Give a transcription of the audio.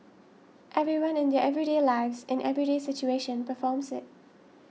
everyone in their everyday lives in everyday situation performs it